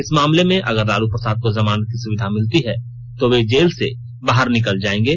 इस मामले में अगर लालू प्रसाद को जमानत की सुविधा मिलती है तो वे जेल से बाहर निकल जाएंगे